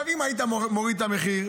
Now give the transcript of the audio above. אם היית מוריד את המחיר?